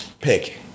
pick